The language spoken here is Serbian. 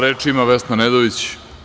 Reč ima Vesna Nedović.